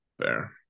Fair